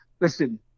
Listen